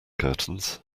curtains